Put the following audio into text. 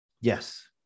Yes